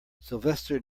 sylvester